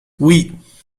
oui